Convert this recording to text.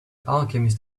alchemist